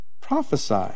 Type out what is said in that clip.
prophesy